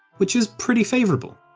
which is pretty favourable.